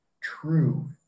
true